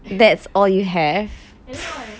ya that's all I have